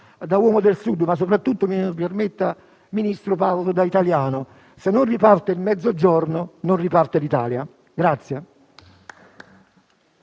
da uomo del Sud, ma soprattutto - mi permetta, Ministro, da italiano: se non riparte il Mezzogiorno, non riparte l'Italia.